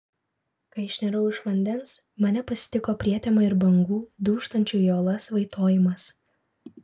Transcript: kai išnirau iš vandens mane pasitiko prietema ir bangų dūžtančių į uolas vaitojimas